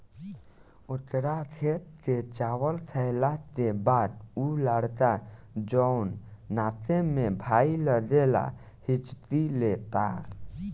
ओकर खेत के चावल खैला के बाद उ लड़का जोन नाते में भाई लागेला हिच्की लेता